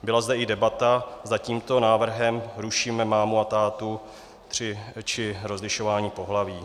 Byla zde i debata, zda tímto návrhem rušíme mámu a tátu, či rozlišování pohlaví.